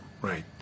Right